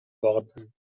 worden